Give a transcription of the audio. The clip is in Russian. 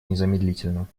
незамедлительно